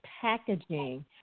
packaging